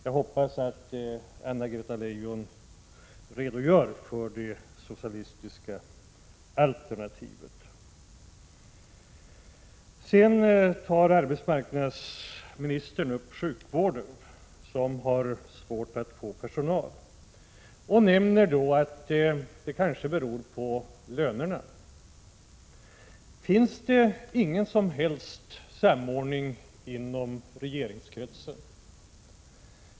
Jag hoppas att Anna-Greta Leijon redogör för det socialistiska alternativet. Arbetsmarknadsministern tar upp sjukvården, som har svårt att få personal. Hon säger att det kanske beror på lönerna. Finns det ingen som helst samordning i regeringskretsen?